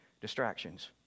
Distractions